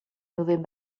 moving